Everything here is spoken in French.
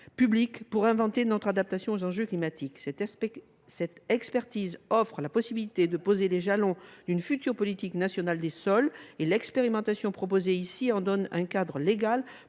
permettent d’inventer notre adaptation aux enjeux climatiques. Cette expertise offre la possibilité de poser les jalons d’une future politique nationale des sols. L’expérimentation proposée par cet amendement